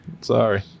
Sorry